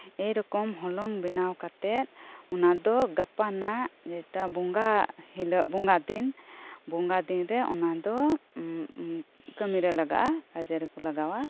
ᱮᱨᱚᱠᱚᱢ ᱦᱚᱞᱚᱝ ᱵᱮᱱᱟᱣ ᱠᱟᱛᱮᱜ ᱚᱱᱟᱫᱚ ᱜᱟᱯᱟᱱ ᱡᱮᱴᱟ ᱵᱚᱸᱜᱟ ᱦᱤᱞᱟᱹᱜ ᱵᱚᱸᱜᱟ ᱫᱤᱱ ᱵᱚᱸᱜᱟ ᱫᱤᱱ ᱨᱮ ᱚᱱᱟ ᱫᱚ ᱠᱟᱹᱢᱤᱨᱮ ᱞᱟᱜᱟᱜᱼᱟ ᱠᱟᱡᱮ ᱨᱮᱠᱩ ᱞᱟᱜᱟᱣᱟ